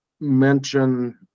mention